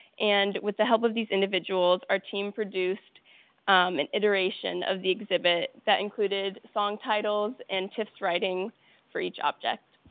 and with the help of these individuals, our team produced an iteration of the exhibit that included song titles and tips writing for each object.